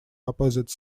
opposite